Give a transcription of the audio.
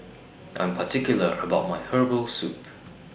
I'm particular about My Herbal Soup